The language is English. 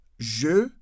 Je